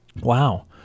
Wow